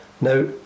Now